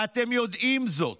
ואתם יודעים זאת,